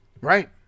Right